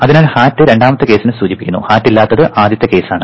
അതിനാൽ hat രണ്ടാമത്തെ കേസിനെ സൂചിപ്പിക്കുന്നു hat ഇല്ലാത്തത് ആദ്യത്തെ കേസാണ്